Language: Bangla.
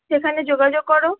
সেখানে যোগাযোগ করো